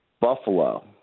Buffalo